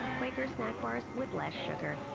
quaker snack bars with less sugar.